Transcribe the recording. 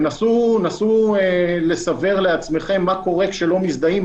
ונסו לסבר לעצמכם מה קורה כשלא מזדהים,